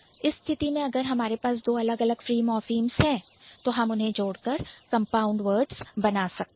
इस स्थिति में अगर हमारे पास दो अलग अलग फ्री मॉर्फीम्स है तो हम उन्हें जोड़कर कंपाउंड वर्ड्स बना सकते हैं